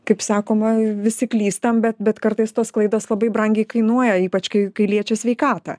kaip sakoma visi klystam bet bet kartais tos klaidos labai brangiai kainuoja ypač kai kai liečia sveikatą